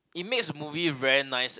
it makes movie very nice